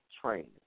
training